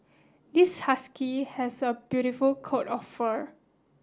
this husky has a beautiful coat of fur